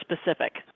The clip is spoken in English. specific